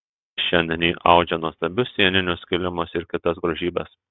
šiandien ji audžia nuostabius sieninius kilimus ir kitas grožybes